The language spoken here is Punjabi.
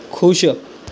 ਖੁਸ਼